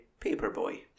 Paperboy